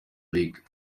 lick